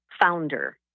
Founder